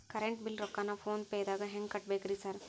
Current bill ರೊಕ್ಕಾನ phone ಪೇದಾಗ ಹೆಂಗ್ ಕಟ್ಟಬೇಕ್ರಿ ಸರ್?